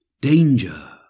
danger